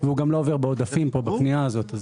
והוא גם לא עובר בעודפים בפנייה הזאת.